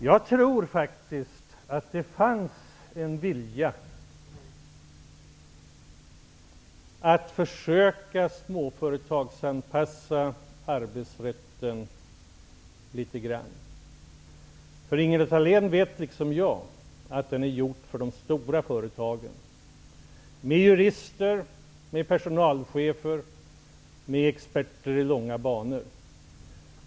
Jag tror faktiskt att det fanns en vilja att försöka småföretagsanpassa arbetsrätten litet grand. Ingela Thalén vet liksom jag att den är anpassad till de stora företagen med jurister, personalchefer och experter.